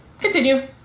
continue